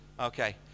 Okay